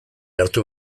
hartu